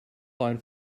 find